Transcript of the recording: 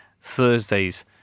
Thursday's